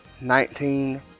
nineteen